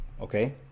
Okay